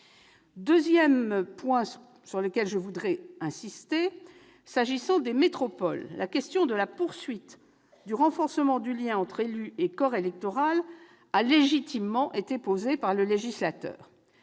sur ce point. Deuxièmement, s'agissant des métropoles, la question de la poursuite du renforcement du lien entre élus et corps électoral a légitimement été posée par le législateur.